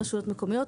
רשויות המקומיות,